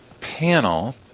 panel